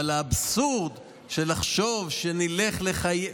אבל האבסורד לחשוב שנלך לחייב,